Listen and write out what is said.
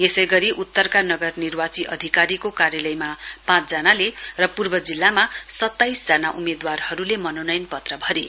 यसै गरी उत्तरका नगर निर्वाची अधिकारीको कार्यालयमा पाँच जनाले र पूर्व जिल्लामा सत्ताइस जना उम्मेदवारहरुले मनोनयन पत्र भरे